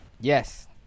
yes